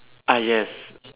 ah yes